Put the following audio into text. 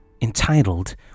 entitled